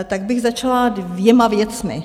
Tak bych začala dvěma věcmi.